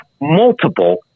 multiple